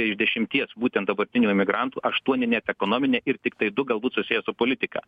iš dešimties būtent dabartinių imigrantų aštuoni net ekonomine ir tiktai du galbūt susiję su politika